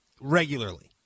regularly